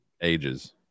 ages